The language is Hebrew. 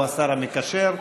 הוא השר המקשר.